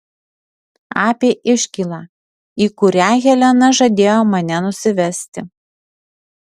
apie iškylą į kurią helena žadėjo mane nusivesti